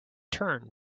turn